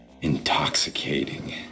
intoxicating